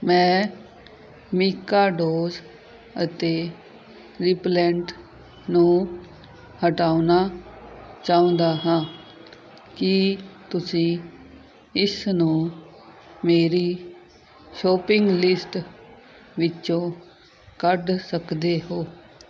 ਮੈਂ ਮੀਕਾਡੋਜ਼ ਅਤੇ ਰਿਪੇਲੇਂਟ ਨੂੰ ਹਟਾਉਣਾ ਚਾਹੁੰਦਾ ਹਾਂ ਕੀ ਤੁਸੀਂ ਇਸਨੂੰ ਮੇਰੀ ਸ਼ੋਪਿੰਗ ਲਿਸਟ ਵਿੱਚੋਂ ਕੱਢ ਸਕਦੇ ਹੋ